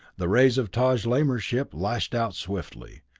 the rays of taj lamor's ship lashed out swiftly,